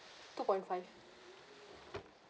two point five